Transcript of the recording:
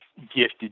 gifted